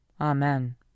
Amen